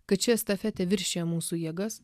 kad ši estafetė viršija mūsų jėgas